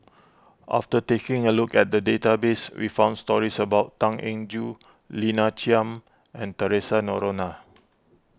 after taking a look at the database we found stories about Tan Eng Joo Lina Chiam and theresa Noronha